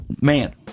Man